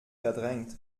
verdrängt